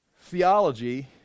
Theology